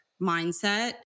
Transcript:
mindset